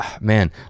man